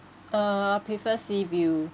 uh I prefer sea view